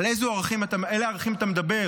על אילו ערכים אתה מדבר?